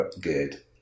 good